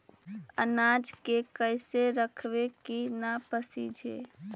अनाज के कैसे रखबै कि न पसिजै?